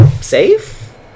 safe